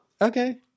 Okay